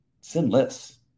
sinless